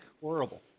horrible